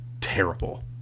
terrible